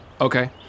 Okay